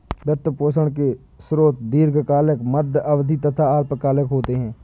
वित्त पोषण के स्रोत दीर्घकालिक, मध्य अवधी तथा अल्पकालिक होते हैं